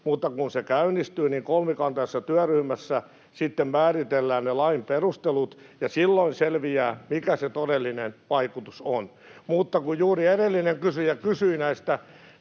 mutta kun se käynnistyy, niin kolmikantaisessa työryhmässä sitten määritellään ne lain perustelut, ja silloin selviää, mikä se todellinen vaikutus on. Mutta kun juuri edellinen kysyjä kysyi näistä